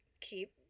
keep